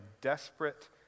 desperate